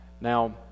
Now